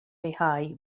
leihau